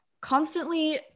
constantly